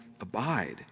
abide